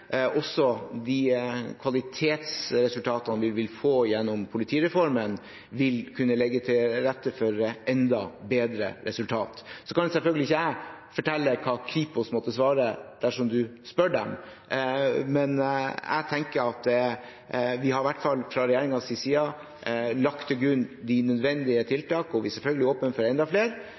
de kvalitetsresultatene vi vil få gjennom politireformen, vil kunne legge til rette for enda bedre resultater. Så kan selvfølgelig ikke jeg fortelle hva Kripos måtte svare dersom en spør dem, men jeg tenker at vi har i hvert fall fra regjeringens side lagt til grunn de nødvendige tiltak – og vi er selvfølgelig åpne for enda flere